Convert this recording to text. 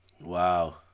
Wow